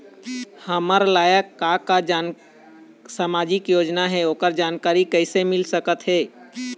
हमर लायक का का सामाजिक योजना हे, ओकर जानकारी कइसे मील सकत हे?